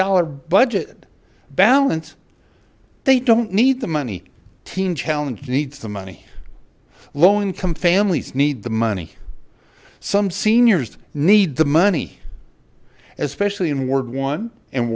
dollar budget balance they don't need the money teen challenge needs the money low income families need the money some seniors need the money especially in ward one and